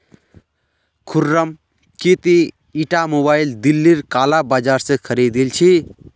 खुर्रम की ती ईटा मोबाइल दिल्लीर काला बाजार स खरीदिल छि